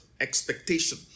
expectation